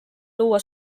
luua